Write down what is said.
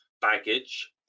baggage